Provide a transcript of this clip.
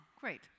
great